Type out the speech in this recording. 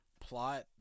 plot